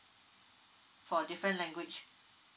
for different language